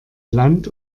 land